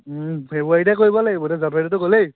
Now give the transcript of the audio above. ফেব্ৰুৱাৰীতে কৰিব লাগিব এতিয়া জানুৱাৰীটোতো গ'লেই